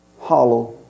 hollow